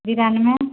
बिरानमे